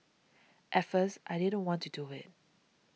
at first I didn't want to do it